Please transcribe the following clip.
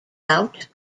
out